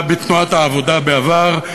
בתנועת העבודה בעבר.